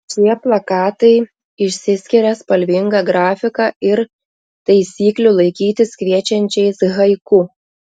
šie plakatai išsiskiria spalvinga grafika ir taisyklių laikytis kviečiančiais haiku